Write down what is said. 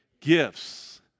Gifts